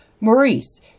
Maurice